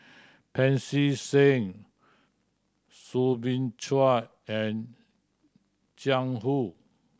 Pancy Seng Soo Bin Chua and Jiang Hu